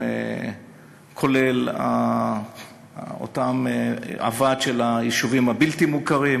כולל הוועד של היישובים הבלתי-מוכרים.